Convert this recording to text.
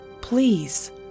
Please